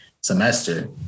semester